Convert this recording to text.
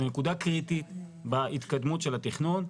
זו נקודה קריטית בהתקדמות של התכנון,